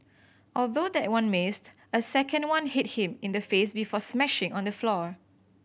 although that one missed a second one hit him in the face before smashing on the floor